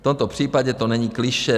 V tomto případě to není klišé.